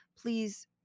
Please